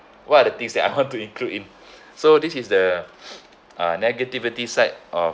what are the things that I want to include in so this is the uh negativity side of